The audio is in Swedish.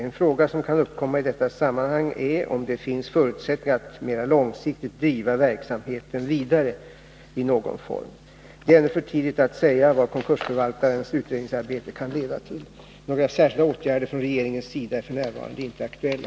En fråga som kan uppkomma i detta sammanhang är om det finns förutsättningar att mera långsiktigt driva verksamheten vidare i någon form. Det är ännu för tidigt att säga vad konkursförvaltarens utredningsarbete kan leda till. Några särskilda åtgärder från regeringens sida är f. n. inte aktuella.